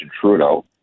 Trudeau